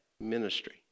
ministry